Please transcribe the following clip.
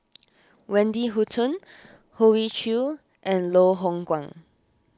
Wendy Hutton Hoey Choo and Loh Hoong Kwan